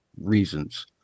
reasons